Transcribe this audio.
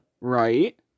right